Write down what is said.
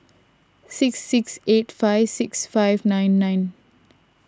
six six eight five six five nine nine